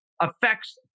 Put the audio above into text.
affects